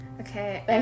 Okay